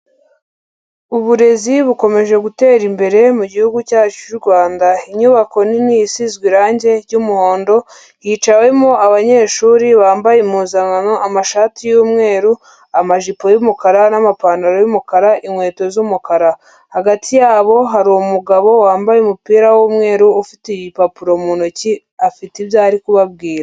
Uburezi bukomeje gutera imbere mu gihugu cyacu cy'u Rwanda, inyubako nini isizwe irangi ry'umuhondo, hicawemo abanyeshuri bambaye impuzankano, amashati y'umweru, amajipo y'umukara n'amapantaro y'umukara, inkweto z'umukara, hagati yabo hari umugabo wambaye umupira w'umweru ufite igipapuro mu ntoki, afite ibyo ari kubabwira.